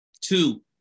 Two